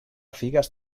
figues